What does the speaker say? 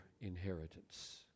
inheritance